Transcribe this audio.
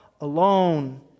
alone